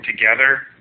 together